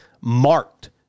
marked